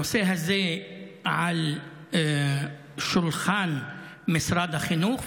הנושא הזה על שולחן משרד החינוך,